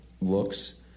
looks